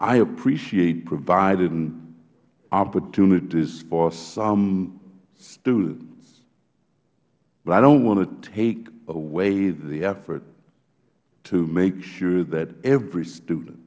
i appreciate providing opportunities for some students but i don't want to take away the effort to make sure that every student